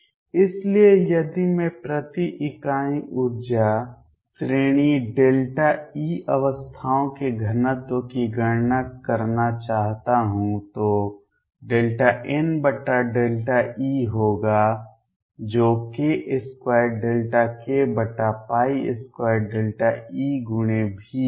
इसलिए यदि मैं प्रति इकाई ऊर्जा श्रेणी ΔE अवस्थाओं के घनत्व की गणना करना चाहता हूं तो NΔE होगा जो k2Δk2ΔE×V होगा